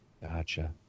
Gotcha